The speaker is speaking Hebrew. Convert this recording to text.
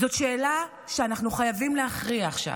זאת שאלה שאנחנו חייבים להכריע עכשיו.